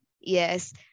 Yes